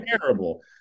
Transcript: terrible